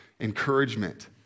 encouragement